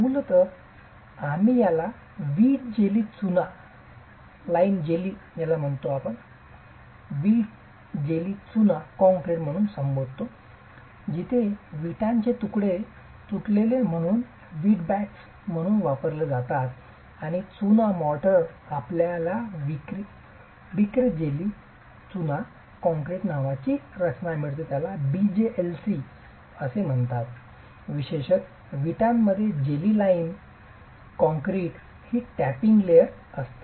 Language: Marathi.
मूलतः आम्ही याला विट जेली चुना कॉंक्रिट म्हणून संबोधतो जिथे विटांचे तुकडे तुटलेले म्हणून वीटबॅट्स म्हणून वापरले जातात आणि चुना मॉरटर मध्ये आपल्याला ब्रिक जेली चुना कॉंक्रीट नावाची रचना मिळते ज्याला BJLC म्हटले जाते विशेषत विटांमध्ये जेली लाईम कॉंक्रिट ही टॉपिंग लेयर असते